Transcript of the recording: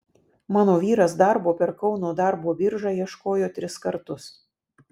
mano vyras darbo per kauno darbo biržą ieškojo tris kartus